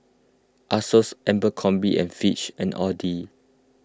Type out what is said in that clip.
Asos Abercrombieand and Fitch and Audi